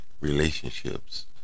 relationships